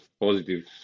positive